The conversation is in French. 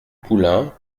poulain